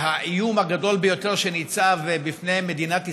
האיום הגדול שניצב בפני מדינת ישראל,